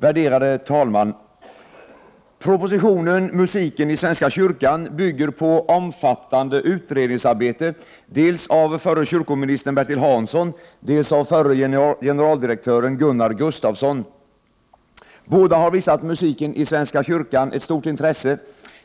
Herr talman! Propositionen om musiken i svenska kyrkan bygger på omfattande utredningsarbete dels av förre kyrkoministern Bertil Hansson, dels av förre generaldirektören Gunnar Gustafsson. Båda har visat musiken i svenska kyrkan ett stort intresse.